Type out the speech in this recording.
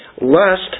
Lust